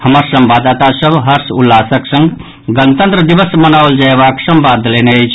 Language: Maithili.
हमर संवाददाता सभ हर्ष उल्लासक संग गणतंत्र दिवस मनाओल जयवाक संवाद देलनि अछि